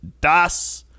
Das